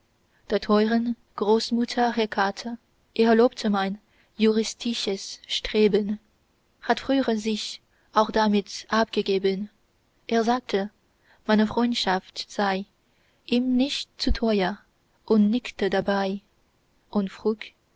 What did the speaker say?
der teuren großmutter hekate er lobte mein juristisches streben hat früher sich auch damit abgegeben er sagte meine freundschaft sei ihm nicht zu teuer und nickte dabei